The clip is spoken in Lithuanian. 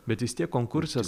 bet vis tiek konkursas